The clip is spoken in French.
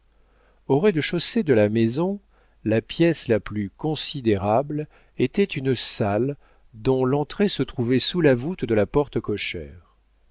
au rez-de-chaussée de la maison la pièce la plus considérable était une salle dont l'entrée se trouvait sous la voûte de la porte cochère